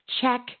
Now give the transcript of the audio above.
Check